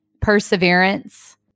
perseverance